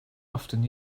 often